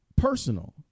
Personal